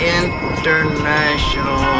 international